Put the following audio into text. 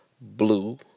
blue